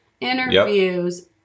interviews